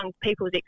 people's